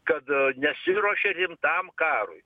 kad a nesiruošė rimtam karui